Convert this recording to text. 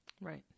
Right